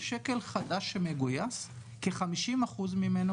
תודה רבה, הבמה שלך.